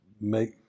make